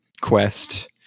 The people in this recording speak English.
quest